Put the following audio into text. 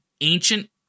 ancient